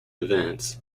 events